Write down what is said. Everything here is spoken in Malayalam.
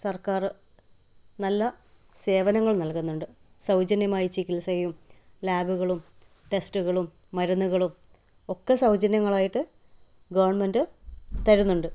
സർക്കാർ നല്ല സേവനങ്ങൾ നൽകുന്നുണ്ട് സൗജന്യമായ ചികിത്സയും ലാബുകളും ടെസ്റ്റുകളും മരുന്നുകളും ഒക്കെ സൗജന്യങ്ങളായിട്ട് ഗവൺമെൻറ് തരുന്നുണ്ട്